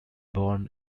born